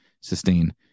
sustain